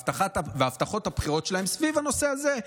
בהבטחות הבחירות שלהם סביב הנושא הזה.